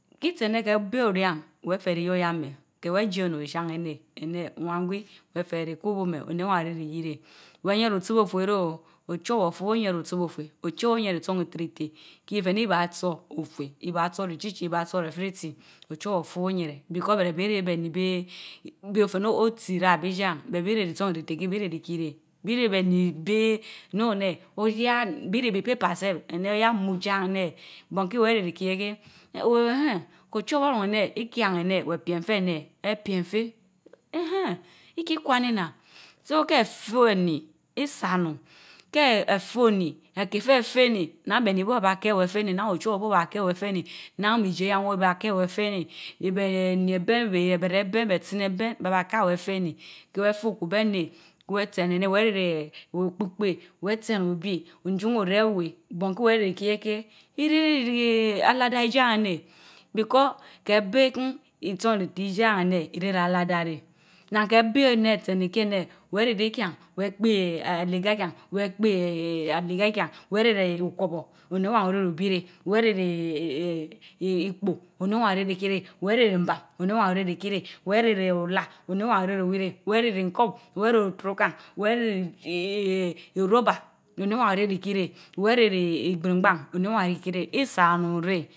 Ki s ane keh beý oyien wéh afere iyie yan meh, kéh wéy jie oni oshan nét anch owan gwe, won fere ikubu meh. oni owan one itige, on ylenen lau beh ofre réh oo ochowor ofu wén oyeréh otsu buo fue, ochovor weh ayieren itsan rite rite hi fe ne iba tso, aque, 1ba tso richichi, viba tro réfritsi Dehovor afu way oyiereh because bere bi ren be ni béy, bey te ne otsi rabi ilie yien, bere bi rah Hes an rite rite ke bi reh riki reki bi vén be ni bey no ne oyah, bi ren lipaper sef anch iya mu dien anébón keh wa né vi lai rétt tehen Ochowor orun ané, ikien ané wen erem fé ane, wa piem rien ikwana nnan., So keh fue oni, is a onun, ke éfo oni, éké teh éfééni naan beeni bubéh ba kich wen afeáni, maan ochowor bu oba keh wèh afeeni, nnaan ijie wór ba kèh weh afeenu. rebé ni ebien, bé ré ebien, bé tsin ebien bé ba ka wéh afeeni. kèh wéh Fae akwo bien néh, wen tsen anen wes rék fal okpikpeh, wah tsen úbi, Junweh oreg ewan bon teen weh ré rikkie ken, irel reh alada idie jen neh because ka bel kun, itsan idie yen, iren alada réh no keh bé ench ka tseni xi ane weh reri ken, wea tepité aligė kien, wek kpice alige kian, weh rerie utkárbór oni ownn orch rübi reh, weh rehri itpo, oni owan orégritki reh, wen rehri mbam, oni owan oreytikirch, weh nehri olad oni ovwan oreyriri rèh, wan rehri ncup, weh rehni otorocan, wen rehri inubber oni quan orehri kiréh, weh rehri igbirigan oni owan orehri kireh, isa onun réh.